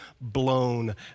blown